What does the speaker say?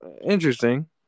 Interesting